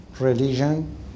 religion